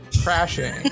crashing